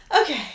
Okay